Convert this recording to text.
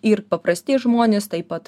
ir paprasti žmonės taip pat